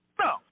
No